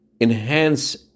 enhance